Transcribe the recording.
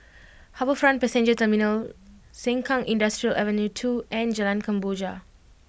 HarbourFront Passenger Terminal Sengkang Industrial Ave Two and Jalan Kemboja